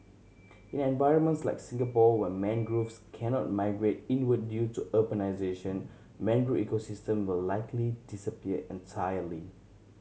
in environments like Singapore where mangroves cannot migrate inward due to urbanisation mangrove ecosystem will likely disappear entirely